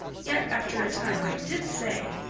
yet after a time i did say,